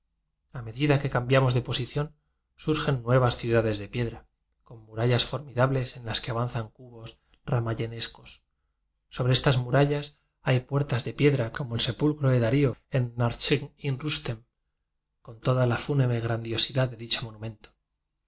a medida que cambiamos de posición surgen nuevas ciudades de piedra con murallas formida bles en las que avanzan cubos ramayanescos sobre esas murallas hay puertas de piedra como el sepulcro de dario en arch indu con toda la fúnebre grandiosidad de dicho monumento